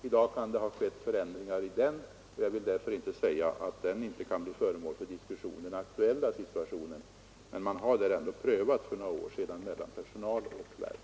I dag kan det ha skett förändringar i den, och jag vill därför inte säga att den aktuella situationen inte kan bli föremål för diskussion. Men man har där ändå för några år sedan prövat förhållandena i samarbete mellan personal och verk.